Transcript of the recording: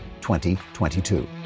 2022